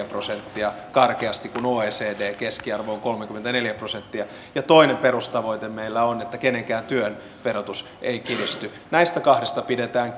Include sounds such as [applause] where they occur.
[unintelligible] prosenttia karkeasti kun oecdn keskiarvo on kolmekymmentäneljä prosenttia ja toinen perustavoite meillä on että kenenkään työn verotus ei kiristy näistä kahdesta pidetään [unintelligible]